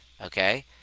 okay